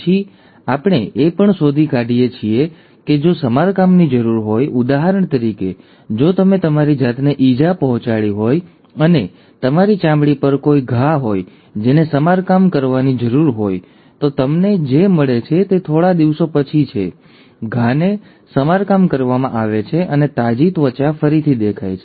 પછી આપણે એ પણ શોધી કાઢીએ છીએ કે જો સમારકામની જરૂર હોય ઉદાહરણ તરીકે જો તમે તમારી જાતને ઇજા પહોંચાડી હોય અને તમારી ચામડી પર કોઈ ઘા હોય જેને સમારકામ કરવાની જરૂર હોય તો તમને જે મળે છે તે થોડા દિવસો પછી છે ઘાને સમારકામ કરવામાં આવે છે અને તાજી ત્વચા ફરીથી દેખાય છે